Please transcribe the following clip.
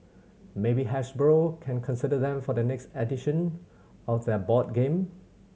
maybe Hasbro can consider them for their next edition of their board game